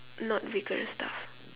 not vigorous stuff